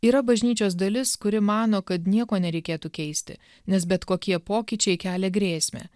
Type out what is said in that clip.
yra bažnyčios dalis kuri mano kad nieko nereikėtų keisti nes bet kokie pokyčiai kelia grėsmę